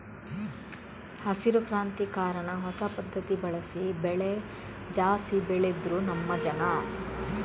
ಹಸಿರು ಕ್ರಾಂತಿ ಕಾರಣ ಹೊಸ ಪದ್ಧತಿ ಬಳಸಿ ಬೆಳೆ ಜಾಸ್ತಿ ಬೆಳೆದ್ರು ನಮ್ಮ ಜನ